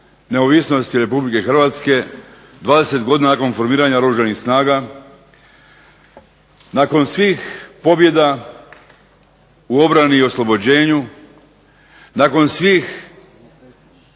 neovisnosti RH, 20 godina nakon formiranja Oružanih snaga, nakon svih pobjeda u obrani i oslobođenju, nakon svih